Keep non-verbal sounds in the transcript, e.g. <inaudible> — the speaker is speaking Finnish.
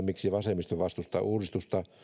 <unintelligible> miksi vasemmisto vastustaa uudistusta